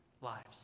lives